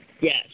Yes